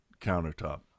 countertop